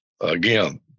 again